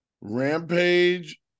Rampage